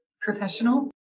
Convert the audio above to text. professional